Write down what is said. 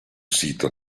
sito